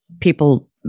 People